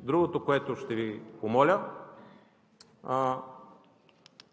другото, което ще Ви помоля: